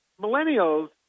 millennials